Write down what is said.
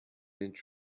inch